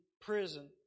prison